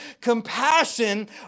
Compassion